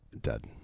dead